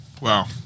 Wow